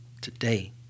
Today